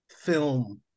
film